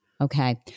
Okay